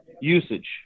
usage